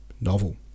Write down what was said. novel